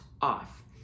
off